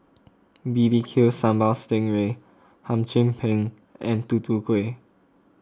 B B Q Sambal Sting Ray Hum Chim Peng and Tutu Kueh